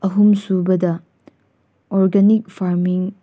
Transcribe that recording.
ꯑꯍꯨꯝ ꯁꯨꯕꯗ organic farming